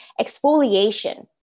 exfoliation